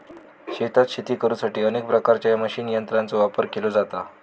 शेतात शेती करुसाठी अनेक प्रकारच्या मशीन यंत्रांचो वापर केलो जाता